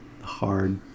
hard